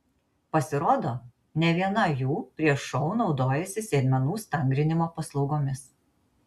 pasirodo ne viena jų prieš šou naudojasi sėdmenų stangrinimo paslaugomis